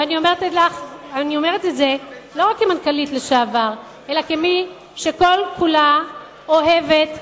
ואני אומרת את זה לא רק כמנכ"לית לשעבר אלא כמי שכל כולה אוהבת,